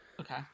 Okay